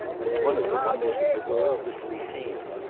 and one of the wonders of the world was to be seen.